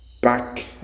back